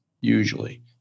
usually